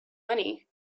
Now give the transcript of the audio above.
money